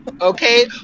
Okay